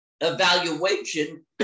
evaluation